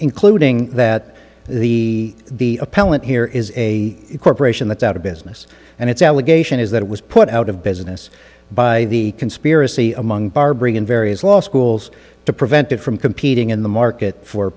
including that the the appellant here is a corporation that's out of business and it's allegation is that it was put out of business by the conspiracy among barbering in various law schools to prevent it from competing in the market for